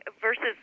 versus